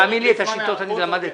תאמין לי שאת השיטות אני למדתי.